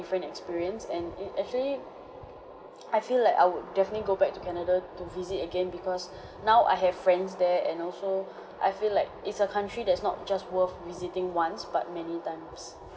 different experience and it actually I feel like I would definitely go back to canada to visit again because now I have friends there and also I feel like it's a country that's not just worth visiting once but many times